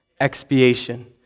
Expiation